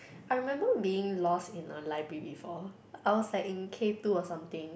I remember being lost in a library before I was like in Kay two or something